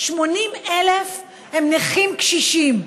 80,000 הם נכים קשישים,